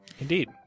Indeed